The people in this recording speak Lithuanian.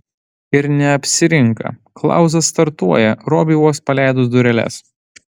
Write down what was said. ir neapsirinka klausas startuoja robiui vos paleidus dureles